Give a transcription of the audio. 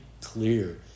clear